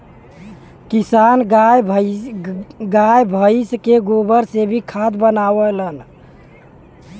किसान गाय भइस के गोबर से भी खाद बनावलन